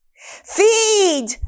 Feed